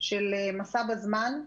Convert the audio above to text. של מסע בזמן.